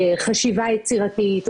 חשיבה יצירתית,